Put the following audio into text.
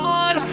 on